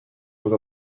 with